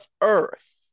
earth